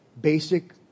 basic